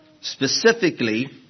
specifically